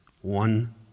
one